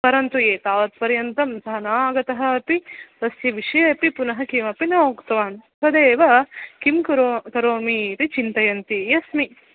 परन्तु एतावत् पर्यन्तं सः न आगतः अपि तस्य विषये अपि पुनः किमपि न उक्तवान् तदेव किं कुरु करोमि इति चिन्तयन् अस्मि